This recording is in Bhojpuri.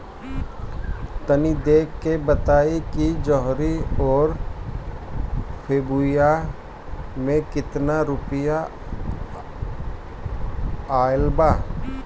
तनी देख के बताई कि जौनरी आउर फेबुयारी में कातना रुपिया आएल बा?